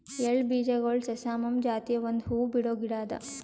ಎಳ್ಳ ಬೀಜಗೊಳ್ ಸೆಸಾಮಮ್ ಜಾತಿದು ಒಂದ್ ಹೂವು ಬಿಡೋ ಗಿಡ ಅದಾ